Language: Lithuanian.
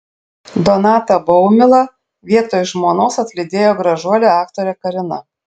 donatą baumilą vietoj žmonos atlydėjo gražuolė aktorė karina